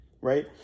right